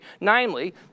Namely